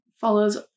follows